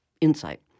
Insight